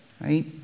Right